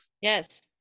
yes